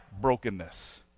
brokenness